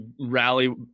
rally